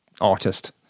artist